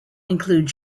include